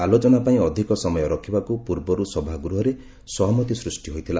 ଆଲୋଚନା ପାଇଁ ଅଧିକ ସମୟ ରଖିବାକୁ ପୂର୍ବରୁ ସଭାଗୃହରେ ସହମତି ସ୍ପଷ୍ଟି ହୋଇଥିଲା